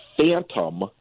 phantom